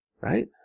Right